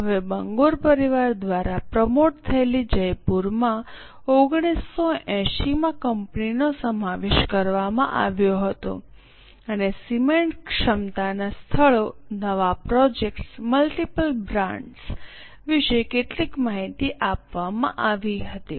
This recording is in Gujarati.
હવે બંગુર પરિવાર દ્વારા પ્રમોટ થયેલી જયપુરમાં 1979 માં કંપનીનો સમાવેશ કરવામાં આવ્યો હતો અને સિમેન્ટ ક્ષમતાના સ્થળો નવા પ્રોજેક્ટ્સ મલ્ટીપલ બ્રાન્ડ્સ વિશે કેટલીક માહિતી આપવામાં આવી હતી